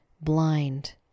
blind